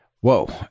whoa